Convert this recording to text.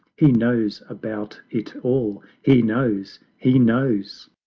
he knows about it all he knows he knows!